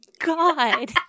god